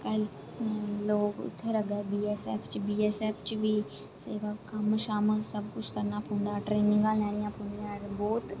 अजकल लोक उत्थै लग्गा दे बीएसएफ च बीएसएफ च बी सेवा कम्म शम्म सब कुछ करना पौंदा ऐ ट्रेंनिगा लैनियां पौंदियां न बहुत